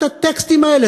את הטקסטים האלה.